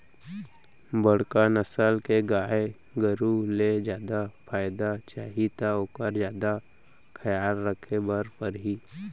बड़का नसल के गाय गरू ले जादा फायदा चाही त ओकर जादा खयाल राखे बर परही